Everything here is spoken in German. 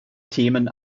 themen